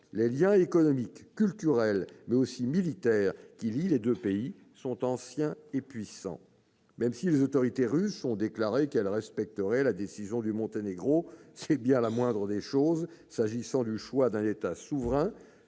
les liens économiques et culturels, mais aussi militaires qui lient ces deux pays sont anciens et puissants. Même si les autorités russes ont déclaré qu'elles respecteraient la décision du Monténégro- c'est bien la moindre des choses, s'agissant du choix d'un État souverain